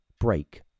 break